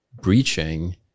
breaching